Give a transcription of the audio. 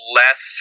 less